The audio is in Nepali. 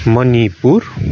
मणिपुर